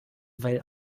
weil